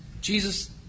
Jesus